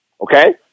Okay